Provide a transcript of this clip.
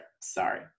sorry